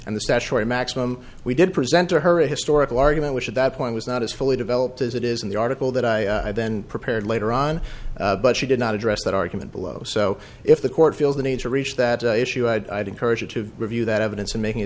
and the statutory maximum we did present to her a historical argument which at that point was not as fully developed as it is in the article that i then prepared later on but she did not address that argument below so if the court feels the need to reach that issue i'd encourage you to review that evidence to mak